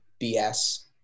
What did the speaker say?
BS